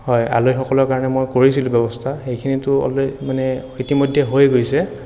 হয় আলহীসকলৰ কাৰণে মই কৰিছিলোঁ ব্যৱস্থা সেইখিনিতো অল মানে ইতিমধ্যে হৈয়ে গৈছে